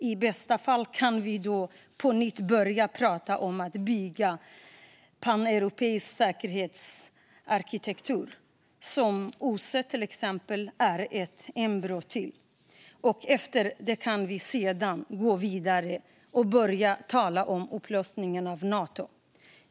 I bästa fall kan vi då på nytt börja prata om att bygga en paneuropeisk säkerhetsarkitektur, som ju OSSE är ett embryo till. Därefter kan vi gå vidare och börja tala om upplösningen av Nato.